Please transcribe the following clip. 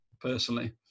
personally